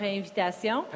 invitation